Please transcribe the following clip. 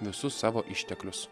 visus savo išteklius